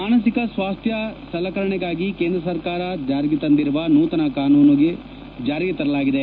ಮಾನಸಿಕ ಸ್ವಾಸ್ಥ ಸಲಕರಣೆಗಾಗಿ ಕೇಂದ್ರ ಸರ್ಕಾರ ತಂದಿರುವ ನೂತನ ಕಾನೂನು ಜಾರಿಗೆ ತರಲಾಗಿದೆ